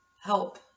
help